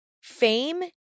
fame